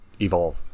evolve